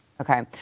Okay